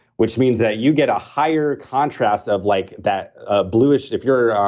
which means that you get a higher contrast of like that ah bluish if you're.